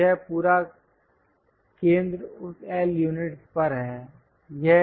तो यह पूरा केंद्र उस L यूनिट्स पर है